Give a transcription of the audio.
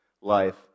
life